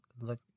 look